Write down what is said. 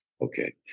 Okay